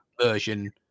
version